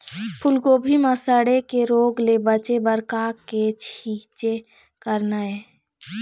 फूलगोभी म सड़े के रोग ले बचे बर का के छींचे करना ये?